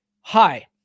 hi